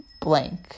blank